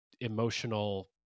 emotional